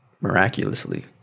miraculously